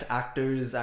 actors